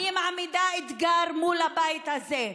אני מעמידה אתגר מול הבית הזה: